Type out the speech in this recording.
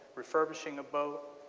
refurbishing a boat.